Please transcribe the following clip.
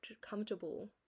comfortable